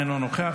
אינו נוכח,